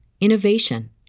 innovation